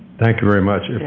thank you very much.